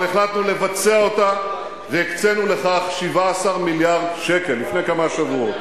אבל החלטנו לבצע אותה, ולפני כמה שבועות